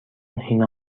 هینا